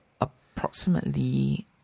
approximately